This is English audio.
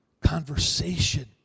conversation